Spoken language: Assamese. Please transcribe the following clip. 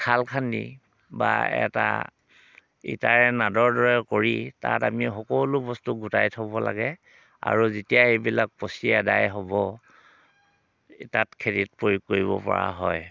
খাল খান্দি বা এটা ইটাৰে নাদৰ দৰে কৰি তাত আমি সকলো বস্তু গোটাই থ'ব লাগে আৰু যেতিয়া এইবিলাক পঁচি আদায় হ'ব এই তাত খেতিত প্ৰয়োগ কৰিব পৰা হয়